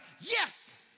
yes